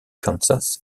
kansas